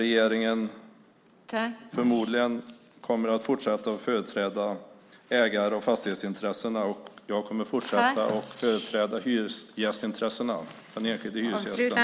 Regeringen kommer förmodligen att fortsätta att företräda ägar och fastighetsintressena, och jag kommer att fortsätta att företräda hyresgästintressena, den enskilda hyresgästen.